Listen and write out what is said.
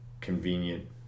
convenient